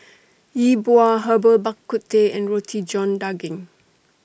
Yi Bua Herbal Bak Ku Teh and Roti John Daging